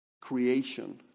creation